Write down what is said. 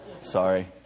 sorry